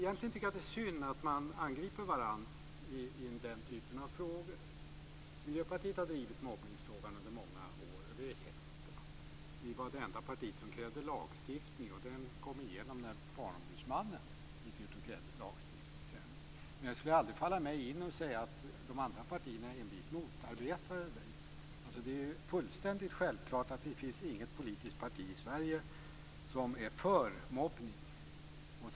Egentligen tycker jag att det är synd att man angriper varandra i den här typen av frågor. Miljöpartiet har drivit mobbningsfrågan under många år, och det är känt. Vi var det enda parti som krävde lagstiftning, och den gick igenom då Barnombudsmannen krävde lagstiftning. Men det skulle aldrig falla mig in att säga att de andra partierna envist motarbetade det. Det är fullständigt självklart att det inte finns något politiskt parti i Sverige som är för mobbning.